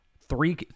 three